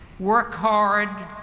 work hard.